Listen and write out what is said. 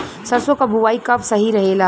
सरसों क बुवाई कब सही रहेला?